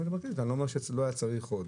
אני לא אומר שלא היה צריך עוד.